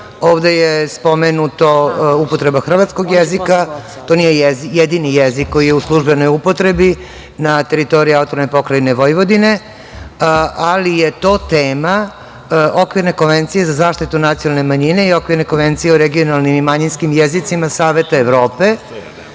Ovde je spomenuta upotreba hrvatskog jezika. To nije jedini jezik koji je u službenoj upotrebi na teritoriji AP Vojvodine, ali je to tema Okvirne konvencije za zaštitu nacionalne manjine i Okvirne konvencije o regionalnim i manjinskim jezicima Saveta Evrope.